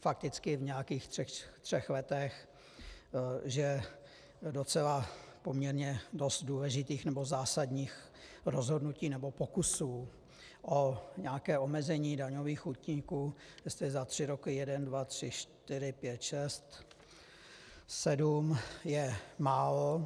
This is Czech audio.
fakticky v nějakých třech letech, že docela poměrně dost důležitých nebo zásadních rozhodnutí nebo pokusů o nějaké omezení daňových úniků jste za tři roky, jeden, dva, tři, čtyři, pět, šest, sedm, je málo.